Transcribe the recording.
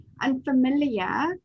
unfamiliar